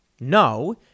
no